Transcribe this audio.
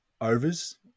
Overs